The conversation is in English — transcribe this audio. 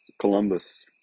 Columbus